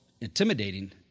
intimidating